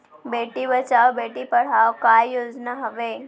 बेटी बचाओ बेटी पढ़ाओ का योजना हवे?